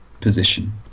position